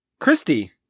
Christy